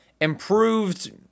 improved